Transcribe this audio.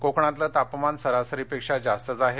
कोकणातलं तापमान सरासरीपेक्षा जास्तच आहे